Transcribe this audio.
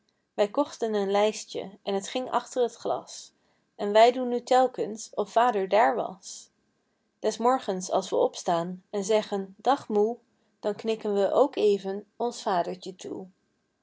wij kochten een lijstje en t ging achter t glas en wij doen nu telkens of vader daar was des morgens als we opstaan en zeggen dag moe dan knikken we ook even ons vadertje toe